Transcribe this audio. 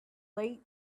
late